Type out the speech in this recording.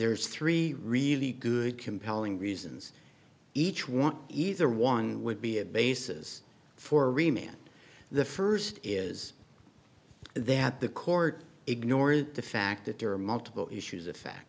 there's three really good compelling reasons each want either one would be a basis for re man the first is that the court ignores the fact that there are multiple issues of fact